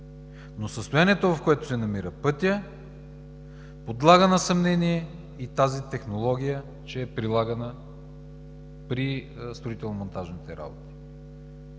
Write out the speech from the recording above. Състоянието, в което се намира пътят, подлага на съмнение, че тази технология е прилагана при строително-монтажните работи.